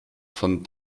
von